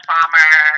Farmer